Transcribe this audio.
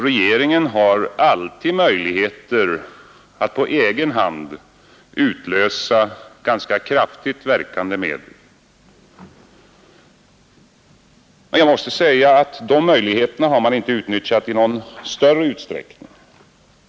Regeringen har ju alltid möjligheter att på egen hand utlösa ganska kraftigt verkande medel. Dessa möjligheter har man emellertid inte utnyttjat i någon större utsträckning.